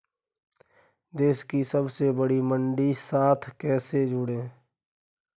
देश की सबसे बड़ी मंडी के साथ कैसे जुड़ें?